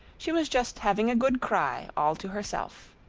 she was just having a good cry all to herself.